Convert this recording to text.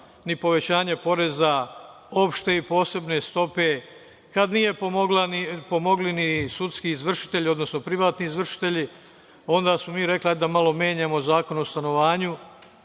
ni povećanje poreza opšte i posebne stope, kad nisu pomogli ni sudski izvršitelji, odnosno privatni izvršitelji, onda smo mi rekli – ajde da malo menjamo Zakon o stanovanju,